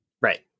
right